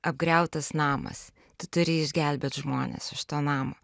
apgriautas namas tu turi išgelbėt žmones iš to namo